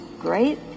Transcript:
great